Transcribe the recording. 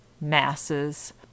MASSES